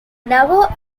never